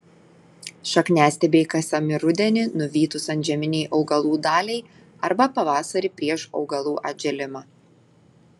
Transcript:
šakniastiebiai kasami rudenį nuvytus antžeminei augalų daliai arba pavasarį prieš augalų atžėlimą